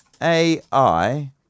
AI